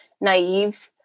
naive